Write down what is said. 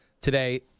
today